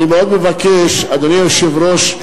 אדוני היושב-ראש,